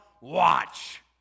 Watch